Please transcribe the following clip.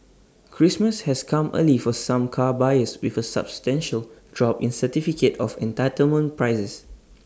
Christmas has come early for some car buyers with A substantial drop in certificate of entitlement prices